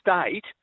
state